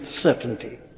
certainty